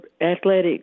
athletic